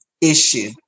issue